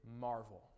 marvel